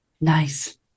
Nice